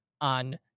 on